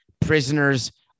Prisoners